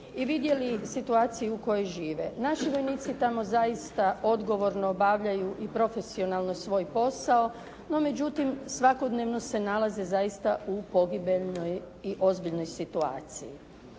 i vidjeli situaciju u kojoj žive. Naši vojnici tamo zaista odgovorno obavljaju i profesionalno svoj posao, no međutim, svakodnevno se nalaze zaista u pogibeljnoj i ozbiljnoj situaciji.